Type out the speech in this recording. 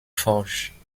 forge